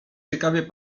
ciekawie